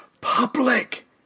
public